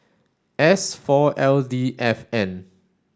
S four L D F N